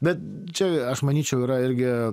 bet čia aš manyčiau yra irgi